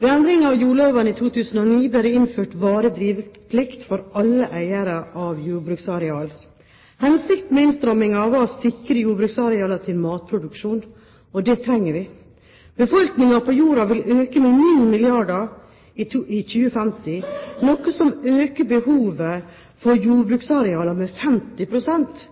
Ved endring av jordloven i 2009 ble det innført varig driveplikt for alle eiere av jordbruksarealer. Hensikten med innstrammingen var å sikre jordbruksarealer til matproduksjon, og det trenger vi. Befolkningen på jorden vil øke til 9 milliarder i 2050, noe som øker behovet for jordbruksarealer med